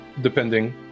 depending